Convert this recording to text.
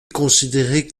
considéré